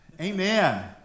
Amen